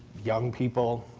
young people,